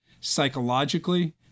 psychologically